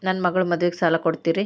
ನನ್ನ ಮಗಳ ಮದುವಿಗೆ ಸಾಲ ಕೊಡ್ತೇರಿ?